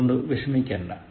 അതുകൊണ്ട് വിഷമിക്കേണ്ട